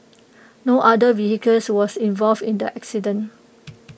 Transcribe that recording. no other vehicle was involved in the accident